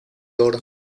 oro